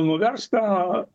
nuverst tą